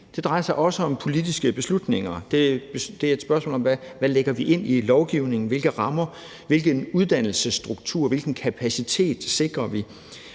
Det drejer sig også om politiske beslutninger. Det er et spørgsmål om, hvad vi lægger ind i lovgivningen, og hvilke rammer og hvilken uddannelsesstruktur og hvilken kapacitet vi sikrer,